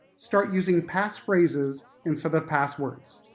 start using pass phrases instead of passwords,